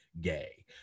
gay